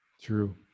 True